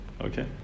Okay